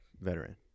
veteran